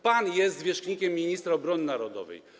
Pan jest zwierzchnikiem ministra obrony narodowej.